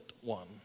one